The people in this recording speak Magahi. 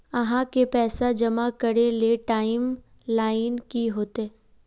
आहाँ के पैसा जमा करे ले टाइम लाइन की होते?